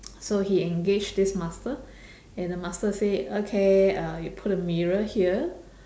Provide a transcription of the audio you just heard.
so he engaged this master and the master say okay uh you put a mirror here